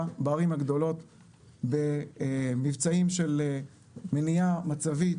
בערים הגדולות במבצעים של מניעה מצבית,